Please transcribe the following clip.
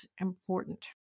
important